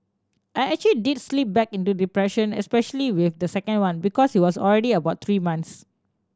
I actual did slip back into depression especially with the second one because he was already about three months